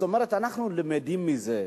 אנחנו למדים מזה,